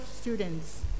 students